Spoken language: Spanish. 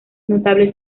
notable